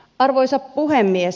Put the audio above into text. arvoisa puhemies